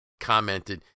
commented